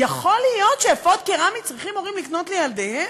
יכול להיות שאפוד קרמי הורים צריכים לקנות לילדיהם?